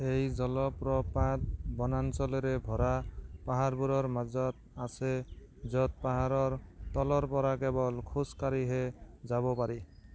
এই জলপ্ৰপাত বনাঞ্চলেৰে ভৰা পাহাৰবোৰৰ মাজত আছে য'ত পাহাৰৰ তলৰপৰা কেৱল খোজকাঢ়িহে যাব পাৰি